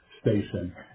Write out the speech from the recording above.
station